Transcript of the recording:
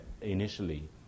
initially